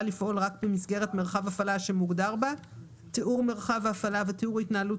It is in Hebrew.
לפעול רק במסגרת מרחב הפעלה שמוגדר בה תיאור מרחב ההפעלה ותיאור התנהלות